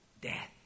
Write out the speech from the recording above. Death